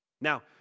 Now